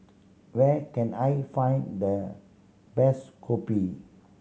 where can I find the best kopi